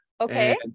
Okay